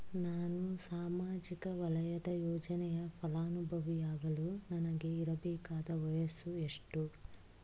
ನಾನು ಸಾಮಾಜಿಕ ವಲಯದ ಯೋಜನೆಯ ಫಲಾನುಭವಿಯಾಗಲು ನನಗೆ ಇರಬೇಕಾದ ವಯಸ್ಸುಎಷ್ಟು?